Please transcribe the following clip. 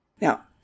Now